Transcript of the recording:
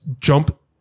jump